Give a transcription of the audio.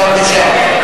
בבקשה.